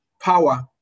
power